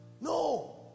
no